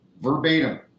Verbatim